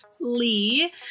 lee